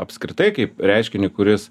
apskritai kaip reiškinį kuris